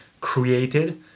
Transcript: created